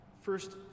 first